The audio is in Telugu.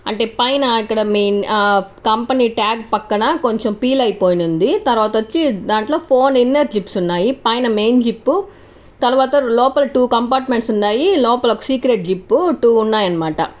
అంటే పైన ఇక్కడ కంపెనీ ట్యాగ్ పక్కన కొంచెం పీల్ అయిపోయింది తర్వాత వచ్చి దాంట్లో ఫోన్ ఇన్నర్ జిప్స్ ఉన్నాయి పైన మెయిన్ జిప్ తర్వాత లోపల టూ కంపార్ట్మెంట్స్ ఉన్నాయి లోపల ఒక సీక్రెట్ జిప్ టూ ఉన్నాయన మాట